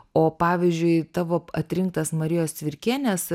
o pavyzdžiui tavo atrinktas marijos cvirkienės